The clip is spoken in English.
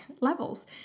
levels